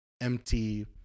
empty